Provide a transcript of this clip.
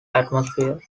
atmosphere